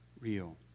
real